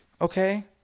Okay